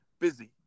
busy